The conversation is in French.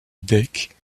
deck